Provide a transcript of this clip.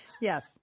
Yes